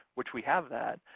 which we have that.